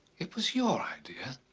it was your idea?